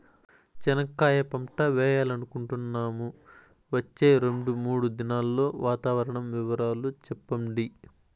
చెనక్కాయ పంట వేయాలనుకుంటున్నాము, వచ్చే రెండు, మూడు దినాల్లో వాతావరణం వివరాలు చెప్పండి?